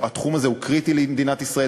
התחום הזה הוא קריטי למדינת ישראל.